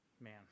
Man